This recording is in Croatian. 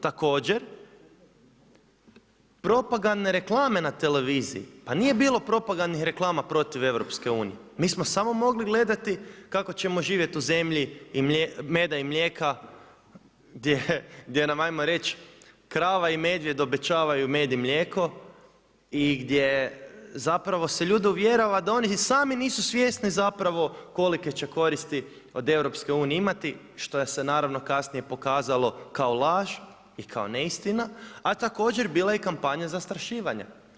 Također propagandne reklame na televiziji, pa nije bilo propagandnih reklama protiv EU, mi smo samo mogli gledati kako ćemo živjeti u zemlji i meda i mlijeka gdje nam ajmo reći krava i medvjed obećavaju med i mlijeko i gdje zapravo se ljude uvjerava da oni ni sami nisu svjesni zapravo kolike će koristi od EU imati što je se naravno kasnije pokazalo kao laž i kao neistina a također bila je i kampanja zastrašivanja.